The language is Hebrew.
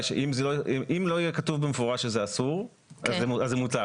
אם לא יהיה כתוב במפורש שזה אסור אז זה מותר.